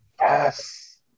Yes